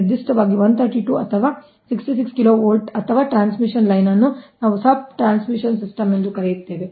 ನಿರ್ದಿಷ್ಟವಾಗಿ 132 ಅಥವಾ 66 kV ಅಥವಾ ಟ್ರಾನ್ಸ್ಮಿಷನ್ ಲೈನ್ ಅನ್ನು ನಾವು ಸಬ್ ಟ್ರಾನ್ಸ್ಮಿಷನ್ ಸಿಸ್ಟಮ್ ಎಂದು ಕರೆಯುತ್ತೇವೆ